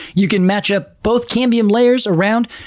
you can match up both cambium layers around,